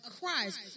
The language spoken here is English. Christ